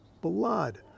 blood